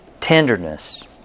Tenderness